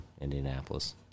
Indianapolis